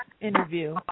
interview